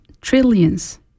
trillions